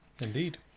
Indeed